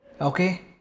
okay